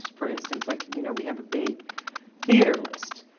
for instance, like, you know, we have a big theatre list,